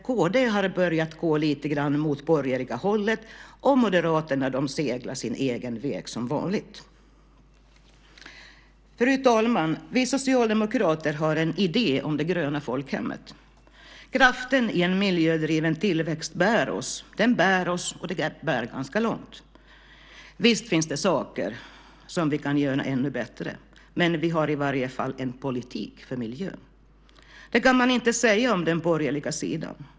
Kristdemokraterna har börjat gå lite grann mot det borgerliga hållet. Och Moderaterna seglar sin egen väg som vanligt. Fru talman! Vi socialdemokrater har en idé om det gröna folkhemmet. Kraften i en miljödriven tillväxt bär oss. Den bär oss och bär ganska långt. Visst finns det saker som vi kan göra ännu bättre. Men vi har i varje fall en politik för miljön. Det kan man inte säga om den borgerliga sidan.